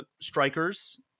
Strikers